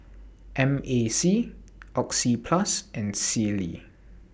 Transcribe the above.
M A C Oxyplus and Sealy